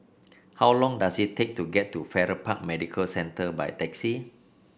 how long does it take to get to Farrer Park Medical Centre by taxi